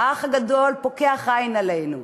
"האח הגדול" פוקח עין עלינו.